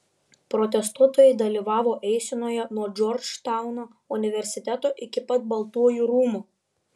protestuotojai dalyvavo eisenoje nuo džordžtauno universiteto iki pat baltųjų rūmų